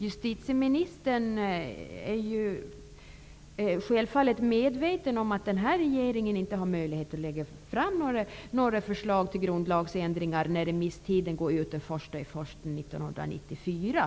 Justitieministern är självfallet medveten om att den här regeringen inte har möjlighet att lägga fram några förslag till grundlagsändringar, eftersom remisstiden går ut den 1 januari 1994.